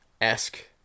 esque